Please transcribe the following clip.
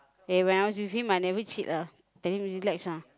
eh when I was with him I never cheat ah tell him relax ah